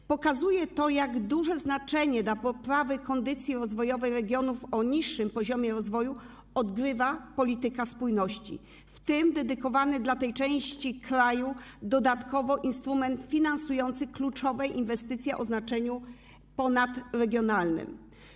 To pokazuje, jak duże znaczenie dla poprawy kondycji rozwojowej regionów o niższym poziomie rozwoju odgrywa polityka spójności, w tym dedykowany tej części kraju dodatkowy instrument finansujący kluczowe inwestycje o znaczeniu ponadregionalnym.